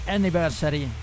Anniversary